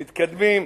מתקדמים,